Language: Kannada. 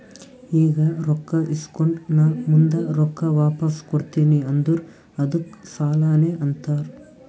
ಈಗ ರೊಕ್ಕಾ ಇಸ್ಕೊಂಡ್ ನಾ ಮುಂದ ರೊಕ್ಕಾ ವಾಪಸ್ ಕೊಡ್ತೀನಿ ಅಂದುರ್ ಅದ್ದುಕ್ ಸಾಲಾನೇ ಅಂತಾರ್